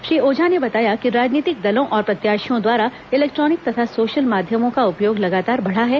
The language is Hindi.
श्री ओझा ने बताया कि राजनीतिक दलों और प्रत्याशियों द्वारा इलेक्ट्रॉनिक तथा सोशल माध्यमों का उपयोग लगातार बढ़ा है